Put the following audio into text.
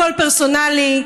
הכול פרסונלי.